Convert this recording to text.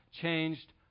changed